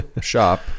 shop